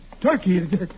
Turkey